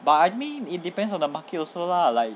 but I mean it depends on the market also lah like